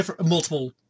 Multiple